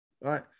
right